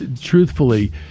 Truthfully